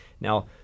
now